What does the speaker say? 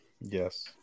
Yes